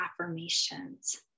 affirmations